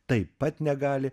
taip pat negali